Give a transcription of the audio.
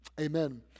amen